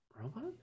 robot